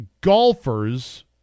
golfers